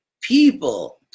people